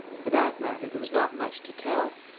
for that matter, there was not much to tell.